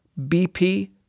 BP